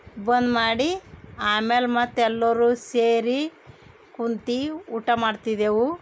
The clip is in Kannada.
ಬಂದು ಮಾಡಿ ಆಮೇಲೆ ಮತ್ತೆ ಎಲ್ಲರೂ ಸೇರಿ ಕುಂತು ಊಟ ಮಾಡ್ತಿದ್ದೆವು